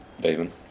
David